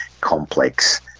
complex